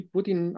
Putin